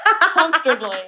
comfortably